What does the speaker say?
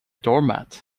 doormat